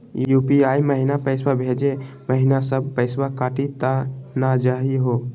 UPI महिना पैसवा भेजै महिना सब पैसवा कटी त नै जाही हो?